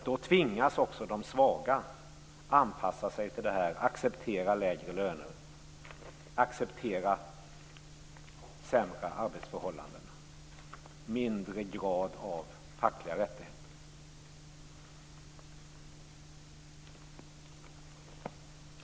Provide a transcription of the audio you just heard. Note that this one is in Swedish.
Då tvingas också de svaga att anpassa sig till detta och acceptera lägre löner, sämre arbetsförhållanden och en lägre grad när det gäller fackliga rättigheter.